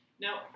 Now